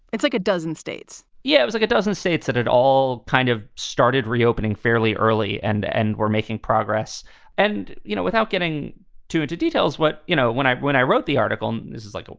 it's like a dozen states yeah. it's like it doesn't say it's that at all. kind of started reopening fairly early. and and we're making progress and you know, without getting too into details, what you know, when i when i wrote the article, this is like,